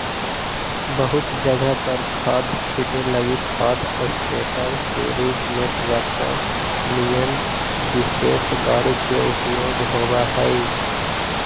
बहुत जगह पर खाद छीटे लगी खाद स्प्रेडर के रूप में ट्रेक्टर निअन विशेष गाड़ी के उपयोग होव हई